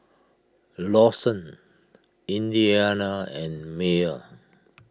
Lawson Indiana and Myer